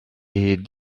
est